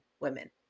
women